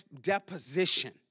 deposition